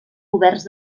coberts